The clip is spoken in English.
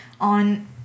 on